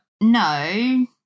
No